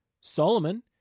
Solomon